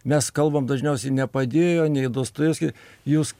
mes kalbam dažniausiai nepadėjo nei dostojevski jūs